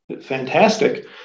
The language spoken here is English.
fantastic